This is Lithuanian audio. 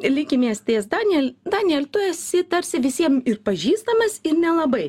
likimės ties danijel danijel ir tu esi tarsi visiem ir pažįstamas ir nelabai